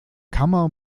kammer